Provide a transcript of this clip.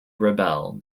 rebel